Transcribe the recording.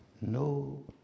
No